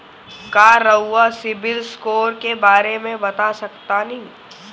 का रउआ सिबिल स्कोर के बारे में बता सकतानी?